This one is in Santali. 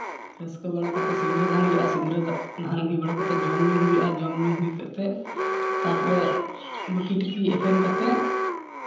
ᱨᱟᱹᱥᱠᱟᱹ ᱵᱟᱲᱟ ᱠᱟᱛᱮᱫ ᱥᱤᱸᱫᱨᱟᱹᱫᱟᱱ ᱦᱩᱭᱩᱜᱼᱟ ᱥᱤᱸᱫᱨᱟᱹᱫᱟᱱ ᱦᱩᱭ ᱵᱟᱲᱟ ᱠᱟᱛᱮᱫ ᱡᱚᱢᱼᱧᱩ ᱦᱩᱭᱩᱜᱼᱟ ᱡᱚᱢᱼᱧᱩ ᱦᱩᱭ ᱠᱟᱛᱮᱫ ᱛᱟᱨᱯᱚᱨᱮ ᱮᱯᱮᱢ ᱠᱟᱛᱮᱫ